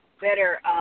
better